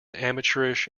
amateurish